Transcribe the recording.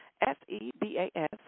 S-E-B-A-S